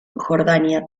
jordania